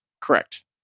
Correct